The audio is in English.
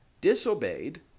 disobeyed